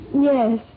Yes